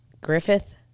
griffith